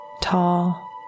tall